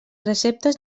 receptes